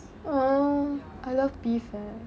oh I love beef eh